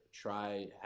try